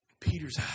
Peter's